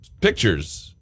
pictures